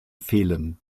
fehlen